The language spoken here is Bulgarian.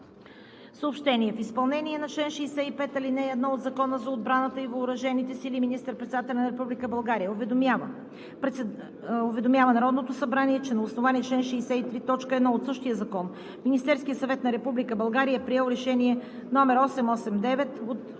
Съобщения: В изпълнение на чл. 65, ал. 1 от Закона за отбраната и въоръжените сили министър-председателят на Република България уведомява Народното събрание, че на основание чл. 63, т. 1 от същия закон Министерският съвет на Република България е приел Решение № 889 от